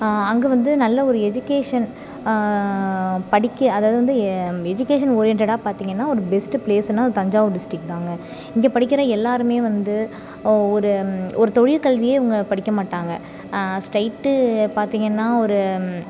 அங்கே வந்து நல்ல ஒரு எஜுகேஷன் படிக்க அதாவது வந்து எஜுகேஷன் ஓரியண்டடா பார்த்தீங்கன்னா ஒரு பெஸ்ட்டு ப்ளேஸுனா அது தஞ்சாவூர் டிஸ்டிக் தாங்க இங்கே படிக்கின்ற எல்லோருமே வந்து ஒரு ஒரு தொழில் கல்வியே இவங்க படிக்க மாட்டாங்க ஸ்ட்ரைட்டு பார்த்தீங்கன்னா ஒரு